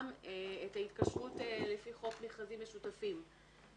את ההתקשרות לפי חוק מכרזים משותפים.